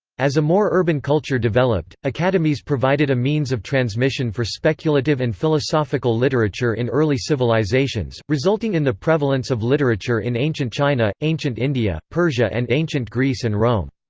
as a more urban culture developed, academies provided a means of transmission for speculative and philosophical literature in early civilizations, resulting in the prevalence of literature in ancient china, ancient india, persia and ancient greece and rome.